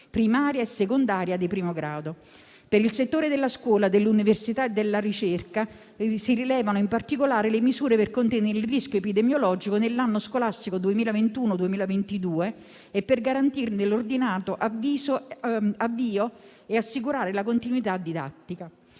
primaria e secondaria di primo grado. Per il settore della scuola, dell'università e della ricerca si rilevano in particolare le misure per contenere il rischio epidemiologico nell'anno scolastico 2021-2022 e per garantirne l'ordinato avvio e assicurare la continuità didattica.